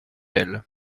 elle